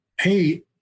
hey